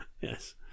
Yes